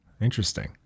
Interesting